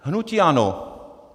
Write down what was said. Hnutí ANO.